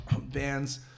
bands